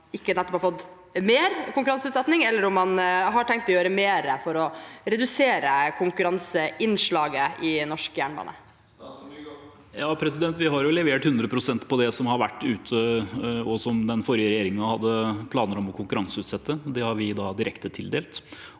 ikke har fått mer konkurranseutsetting, eller om man har tenkt å gjøre mer for å redusere konkurranseinnslaget i norsk jernbane. Statsråd Jon-Ivar Nygård Vi har levert 100 pst. på det som har vært ute, og som den forrige regjeringen hadde planer om å konkurranseutsette. Det har vi direktetildelt.